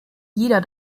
jeder